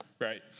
Right